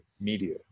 media